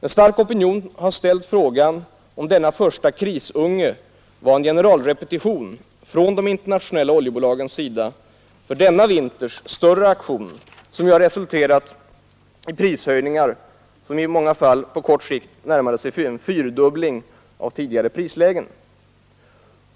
En stark opinion har ställt frågan om denna första ”krisunge” var en generalrepetition från de internationella oljebolagens sida för denna vinters större aktion, som ju resulterat i prishöjningar vilka i många fall på kort sikt har närmat sig en fyrdubbling av tidigare priser.